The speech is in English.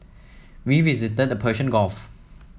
we visited the Persian Gulf